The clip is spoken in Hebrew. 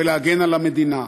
ולהגן על המדינה.